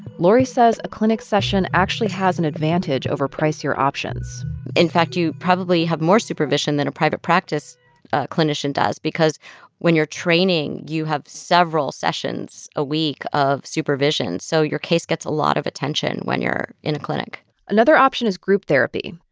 lori says a clinic session actually has an advantage over pricier options in fact, you probably have more supervision than a private practice clinician does because when you're training, you have several sessions a week of supervision. so your case gets a lot of attention when you're in a clinic another option is group therapy.